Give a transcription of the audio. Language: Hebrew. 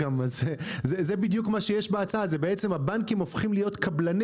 זה דומה לחכירה.